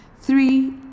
Three